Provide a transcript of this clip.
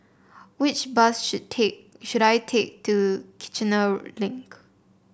which bus should take should I take to Kiichener Link